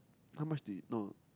how much did no